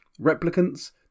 replicants